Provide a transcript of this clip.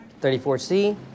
34C